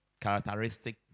characteristic